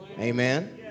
Amen